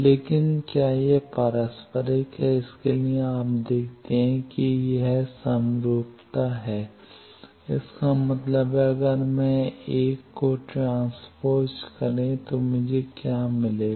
लेकिन क्या यह पारस्परिक है इसके लिए आप देखते हैं कि यह समरूपता है इसका मतलब है अगर मैं इस 1 को ट्रांस्पोज करें कि मुझे क्या मिलेगा